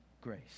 grace